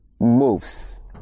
moves